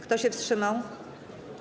Kto się wstrzymał?